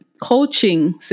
coaching